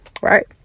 right